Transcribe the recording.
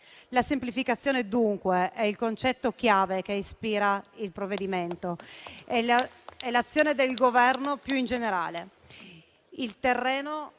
La semplificazione, dunque, è il concetto chiave che ispira il provvedimento e l'azione del Governo più in generale